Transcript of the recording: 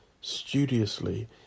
Studiously